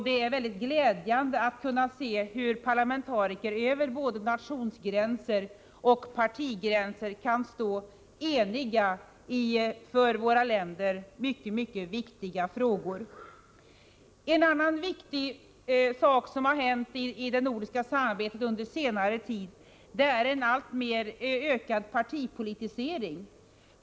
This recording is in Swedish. Det är glädjande att kunna se hur parlamentariker kan stå eniga över både nationsgränser och partigränser i för våra länder mycket viktiga frågor. En annan betydelsefull sak som har hänt i det nordiska samarbetet under senare tid är en alltmer ökad partipolitisering.